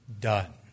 done